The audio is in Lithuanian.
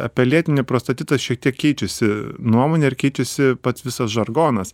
apie lėtinį prostatitą šiek tiek keičiasi nuomonė ir keičiasi pats visas žargonas